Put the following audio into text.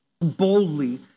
boldly